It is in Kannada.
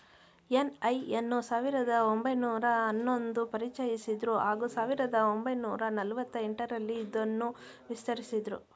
ಎನ್.ಐ ಅನ್ನು ಸಾವಿರದ ಒಂಬೈನೂರ ಹನ್ನೊಂದು ಪರಿಚಯಿಸಿದ್ರು ಹಾಗೂ ಸಾವಿರದ ಒಂಬೈನೂರ ನಲವತ್ತ ಎಂಟರಲ್ಲಿ ಇದನ್ನು ವಿಸ್ತರಿಸಿದ್ರು